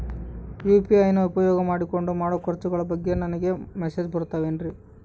UPI ನ ಉಪಯೋಗ ಮಾಡಿಕೊಂಡು ಮಾಡೋ ಖರ್ಚುಗಳ ಬಗ್ಗೆ ನನಗೆ ಮೆಸೇಜ್ ಬರುತ್ತಾವೇನ್ರಿ?